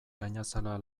gainazala